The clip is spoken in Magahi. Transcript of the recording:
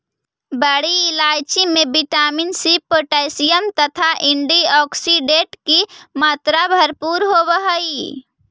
बड़ी इलायची में विटामिन सी पोटैशियम तथा एंटीऑक्सीडेंट की मात्रा भरपूर होवअ हई